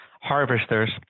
harvesters